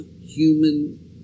human